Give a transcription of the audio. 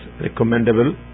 recommendable